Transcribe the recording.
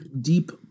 deep